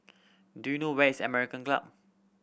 do you know where is American Club